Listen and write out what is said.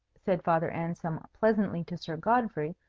said father anselm pleasantly to sir godfrey,